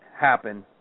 happen